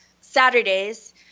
Saturdays